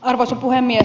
arvoisa puhemies